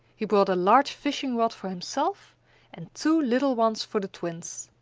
he brought a large fishing-rod for himself and two little ones for the twins.